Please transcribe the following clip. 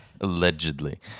Allegedly